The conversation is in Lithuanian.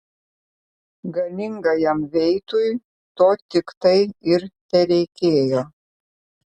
galingajam veitui to tiktai ir tereikėjo